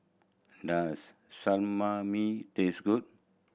does Samami taste good